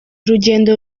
rugendo